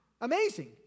amazing